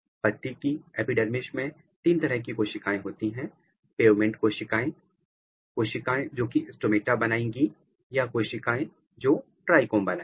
पत्ती की एपिडर्मिस में तीन तरह की कोशिकाएं होती हैं पेवमेंट कोशिकाएं कोशिकाएं जोकि स्टोमेटा बनाएंगी या कोशिकाएं जो ट्राईकोम बनाएंगी